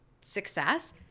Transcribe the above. success